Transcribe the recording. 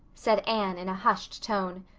said anne in a hushed tone.